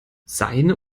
seine